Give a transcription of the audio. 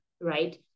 right